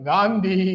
Gandhi